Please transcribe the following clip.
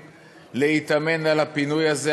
להתאמן על הפינוי הזה.